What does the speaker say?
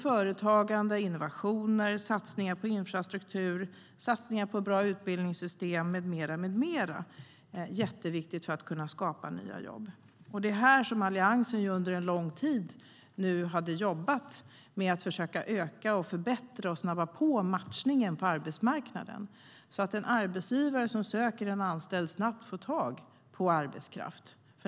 Företagande, innovationer, satsningar på infrastruktur, satsningar på ett bra utbildningssystem med mera är jätteviktigt för att vi ska kunna skapa nya jobb. Alliansen har ju under en lång tid jobbat med att försöka öka, förbättra och snabba på matchningen på arbetsmarknaden så att en arbetsgivare som söker en arbetstagare snabbt får tag på arbetskraft.